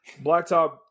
Blacktop